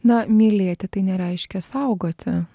na mylėti tai nereiškia saugoti